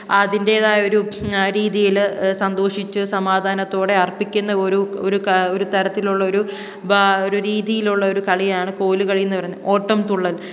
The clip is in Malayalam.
അതിൻ്റെതായൊരു രീതിയില് സന്തോഷിച്ച് സമാധാനത്തോടെ അർപ്പിക്കുന്ന ഒരു ഒരു ക ഒരുതരത്തിലുള്ളൊരു ബാ ഒരു രീതിയിലുള്ളൊരു കളിയാണ് കോലുകളി എന്നു പറയുന്ന ഓട്ടൻതുള്ളൽ